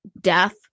death